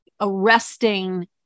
arresting